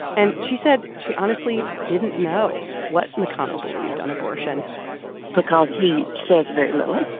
and she said she honestly didn't know what mcconnell believed on abortion because he says very little.